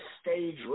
stage